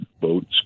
boats